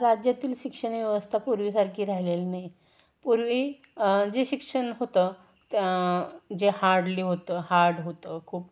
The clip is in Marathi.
राज्यातील शिक्षणव्यवस्था पूर्वीसारखी राहिलेली नाही पूर्वी जे शिक्षण होतं जे हार्डली होतं हार्ड होतं खूप